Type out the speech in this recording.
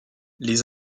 les